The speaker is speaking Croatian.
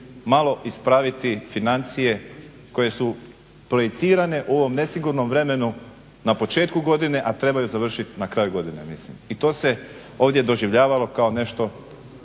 malo ispraviti financije koje su projicirane u ovom nesigurnom vremenu na početku godine, a trebaju završiti na kraju godine. Mislim i to se ovdje doživljavalo kao nešto